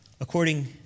according